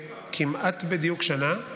כמעט בדיוק שנה.